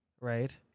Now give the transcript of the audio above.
Right